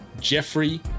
Jeffrey